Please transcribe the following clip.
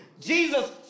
Jesus